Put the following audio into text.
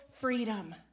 freedom